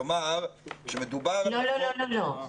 כלומר -- לא, לא, לא.